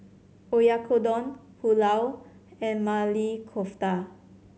Oyakodon Pulao and Maili Kofta